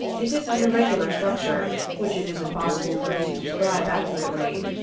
it is an irregular structure, which it is impossible for me to describe accurately.